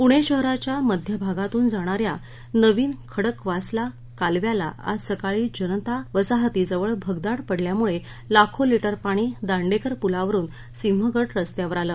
प्णे शहराच्या मध्यभागातून जाणाऱ्या नवीन खडकवासला कालव्याला आज सकाळी जनता वसहतीजवळ भगदाड पडल्यामुळे लाखो लिटर पाणी दांडेकर पुलावरून सिंहगड रस्त्यावर आलं